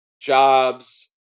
jobs